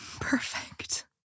perfect